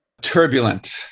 Turbulent